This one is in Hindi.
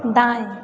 दाएँ